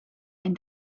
and